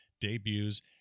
debuts